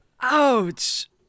Ouch